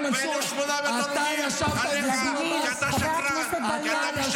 1,800 הרוגים עליך כי אתה שקרן.